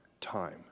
time